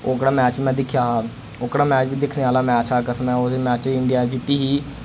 ओह्कड़ा मैच मैं दिक्खेआ हा ओह्कड़ा मैच बी दिक्खने आह्ला मैच हा कसम ऐ ओह्दे मैचे इंडिया जित्ती ही